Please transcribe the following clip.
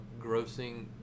grossing